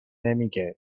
نمیگه